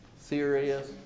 serious